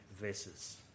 verses